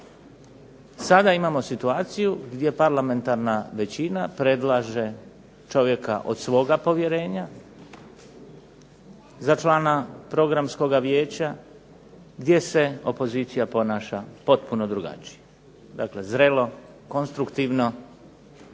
sada imamo situaciju gdje parlamentarna većina predlaže čovjeka od svoga povjerenja za člana Programskoga vijeća gdje se opozicija ponaša potpuno drugačije. Zrelo, konstruktivno